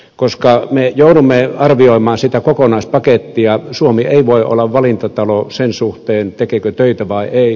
koska me joudumme arvioimaan sitä kokonaispakettia suomi ei voi olla valintatalo sen suhteen tekeekö töitä vai ei